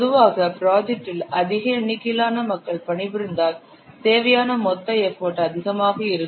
பொதுவாக ப்ராஜெக்டில் அதிக எண்ணிக்கையிலான மக்கள் பணிபுரிந்தால் தேவையான மொத்த எஃபர்ட் அதிகமாக இருக்கும்